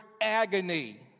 agony